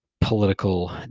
political